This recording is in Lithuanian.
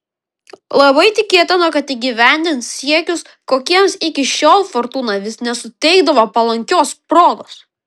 labai tikėtina kad įgyvendins siekius kokiems iki šiol fortūna vis nesuteikdavo palankios progos